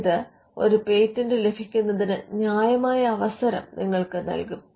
ഇത് ഒരു പേറ്റന്റ് ലഭിക്കുന്നതിന് ന്യായമായ അവസരം നിങ്ങൾക്ക് നൽകും